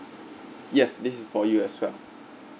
yes this is for you as well